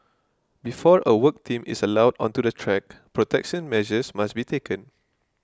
before a work team is allowed onto the track protection measures must be taken